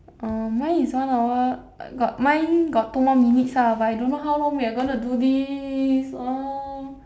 uh mine is one hour mine got two minutes lah but I don't know how long are we going to do this